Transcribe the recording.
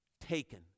taken